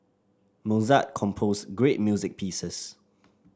Mozart composed great music pieces